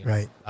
Right